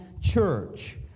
church